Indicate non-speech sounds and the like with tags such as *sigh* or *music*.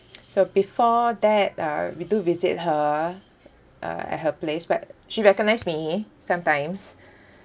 *noise* so before that uh we do visit her uh at her place but she recognise me sometimes *breath*